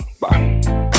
Bye